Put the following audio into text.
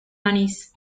manís